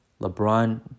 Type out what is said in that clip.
LeBron